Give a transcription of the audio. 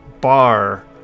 bar